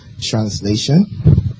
translation